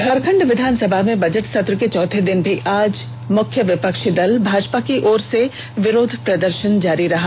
झारखंड विधानसभा में बजट सत्र के चौथे दिन भी आज मुख्य विपक्षी दल भाजपा की ओर से विरोध प्रदर्शन जारी रहा